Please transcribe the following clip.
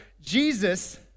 Jesus